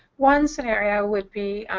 one scenario would be